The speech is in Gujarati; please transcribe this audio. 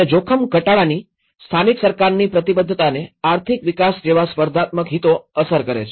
અને જોખમ ઘટાડવાની સ્થાનિક સરકારની પ્રતિબદ્ધતાને આર્થિક વિકાસ જેવા સ્પર્ધાત્મક હિતો અસર કરે છે